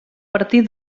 partir